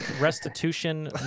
Restitution